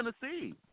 Tennessee